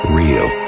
real